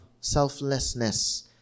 selflessness